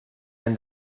and